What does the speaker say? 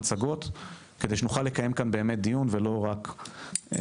במצגות כדי שנוכל לקיים כאן באמת דיון ולא רק מצגת.